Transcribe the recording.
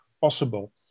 possible